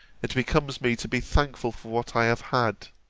it becomes me to be thankful for what i have had.